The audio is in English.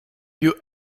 you